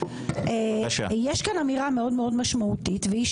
יש כאן אמירה מאוד מאוד משמעותית והיא